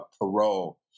parole